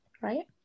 Right